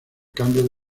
cambio